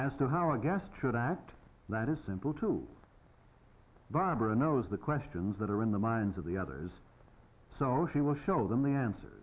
as to how a guest should act that is simple to barbara knows the questions that are in the minds of the others so she will show them the answer